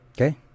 Okay